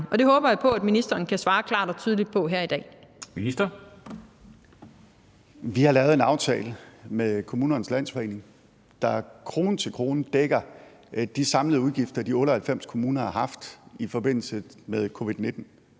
Kl. 13:12 Finansministeren (Nicolai Wammen): Vi har lavet en aftale med Kommunernes Landsforening, der krone til krone dækker de samlede udgifter, de 98 kommuner har haft i forbindelse med covid-19.